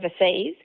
overseas